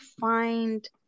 find